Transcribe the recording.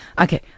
Okay